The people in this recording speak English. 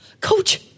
Coach